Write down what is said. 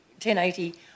1080